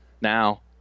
Now